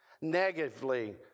negatively